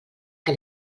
que